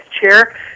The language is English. chair